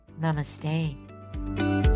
namaste